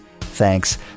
Thanks